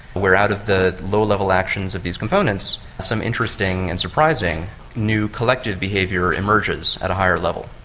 where out of the low-level actions of these components some interesting and surprising new collective behaviour emerges at a higher level.